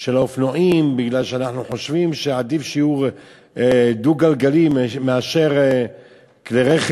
של האופנועים בגלל שאנחנו חושבים שעדיף שיהיו דו-גלגליים מאשר כלי-רכב,